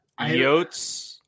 yotes